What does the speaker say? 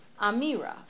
Amira